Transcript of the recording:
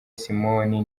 simoni